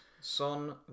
Son